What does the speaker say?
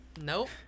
Nope